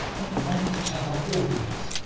they'd want each other always,